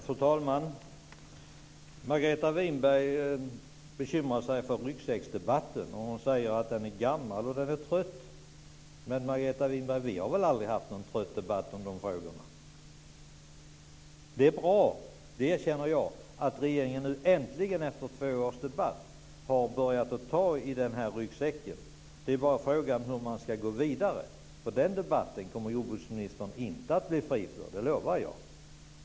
Fru talman! Margareta Winberg bekymrar sig för ryggsäcksdebatten. Hon säger att den är gammal och att den är trött. Men, Margareta Winberg, vi har väl aldrig haft någon trött debatt om dessa frågor? Det är bra, det erkänner jag, att regeringen nu äntligen efter två års debatt har börjat att ta i den här ryggsäcken. Frågan är bara hur man ska gå vidare, för den debatten kommer jordbruksministern inte att bli fri från, det lovar jag.